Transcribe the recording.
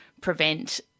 prevent